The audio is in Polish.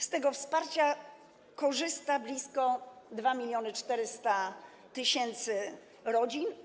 Z tego wsparcia korzysta blisko 2400 tys. rodzin.